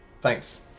thanks